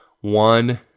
one